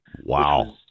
Wow